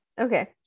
Okay